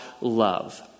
love